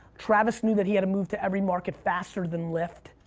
travis knew that he had to move to every market faster than lyft,